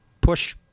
push